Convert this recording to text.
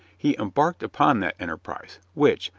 he embarked upon that enterprise, which,